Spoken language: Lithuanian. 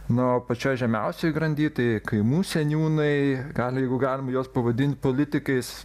na o pačioj žemiausioj grandy tai kaimų seniūnai gali jeigu galima juos pavadint politikais